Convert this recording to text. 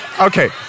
Okay